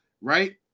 right